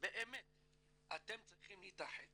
באמת אתם צריכים להתאחד